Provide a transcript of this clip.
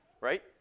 right